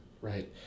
Right